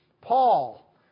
Paul